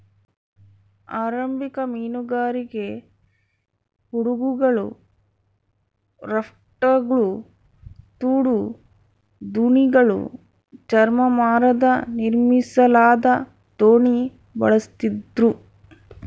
ಆರಂಭಿಕ ಮೀನುಗಾರಿಕೆ ಹಡಗುಗಳು ರಾಫ್ಟ್ಗಳು ತೋಡು ದೋಣಿಗಳು ಚರ್ಮ ಮರದ ನಿರ್ಮಿಸಲಾದ ದೋಣಿ ಬಳಸ್ತಿದ್ರು